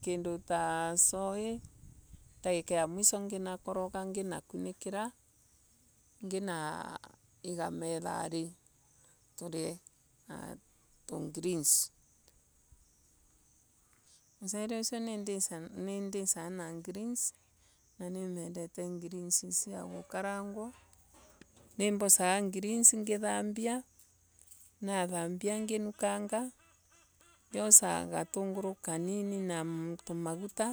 kindu ta sumbi. Ndagika ya mwiso nginakoroga nginakunikira ngina iga methori tuire na tugreens mucere usio nindisaga na greens nimendete greesn sia gukaranawa. Nimbosaga greens ngithambia. nginukanga ngiosa gitunguu kinini na tumaguta.